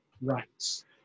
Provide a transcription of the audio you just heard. rights